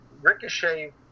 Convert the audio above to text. Ricochet